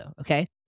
okay